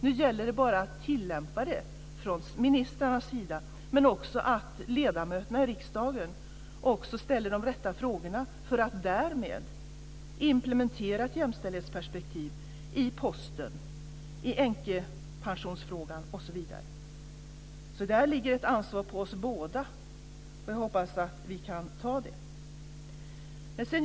Nu gäller det bara att tillämpa det från ministrarnas sida, och det gäller också att ledamöterna ställer de rätta frågorna för att man därmed ska kunna implementera ett jämställdhetsperspektiv inom posten, i änkepensionsfrågan osv. Där ligger det alltså ett ansvar på oss båda, och jag hoppas att vi kan ta det ansvaret.